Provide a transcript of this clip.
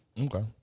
Okay